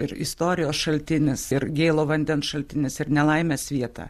ir istorijos šaltinis ir gėlo vandens šaltinis ir nelaimės vieta